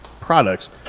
products